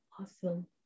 Awesome